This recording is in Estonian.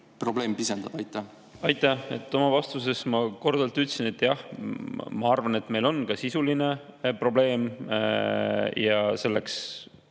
Aitäh! Oma vastuses ma korduvalt ütlesin, et jah, ma arvan, et meil on ka sisuline probleem. Selleks